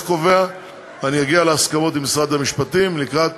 קובע אני אגיע להסכמות עם משרד המשפטים לקראת